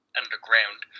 underground